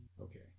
Okay